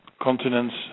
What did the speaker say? continents